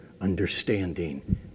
understanding